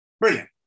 brilliant